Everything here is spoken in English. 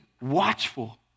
watchful